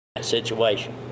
situation